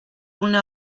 una